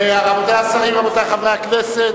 רבותי השרים, רבותי חברי הכנסת,